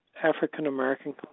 African-American